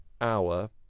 hour